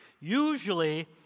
Usually